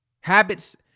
Habits